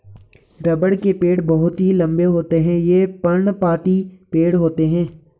रबड़ के पेड़ बहुत ही लंबे होते हैं ये पर्णपाती पेड़ होते है